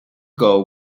goal